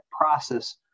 process